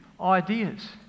ideas